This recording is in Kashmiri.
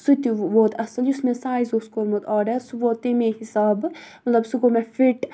سُہ تہِ ووت اَصٕل یُس مےٚ سایز اوس کوٚرمُت آڈَر سُہ ووت تمی حِسابہٕ مطلب سُہ گوٚو مےٚ فِٹ